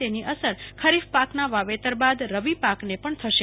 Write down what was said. તેની અસર ખરીફ પાકના વાવેતર બાદ રવિ પાકને પણ થશે